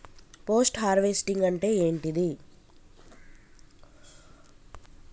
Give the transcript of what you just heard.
Post harvesting అంటే ఏంటిది?